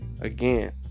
again